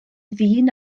ddyn